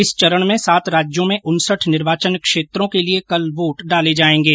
इस चरण में सात राज्यों में उनसठ निर्वाचन क्षेत्रों के लिये कल वोट डाले जायेंगे